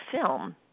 film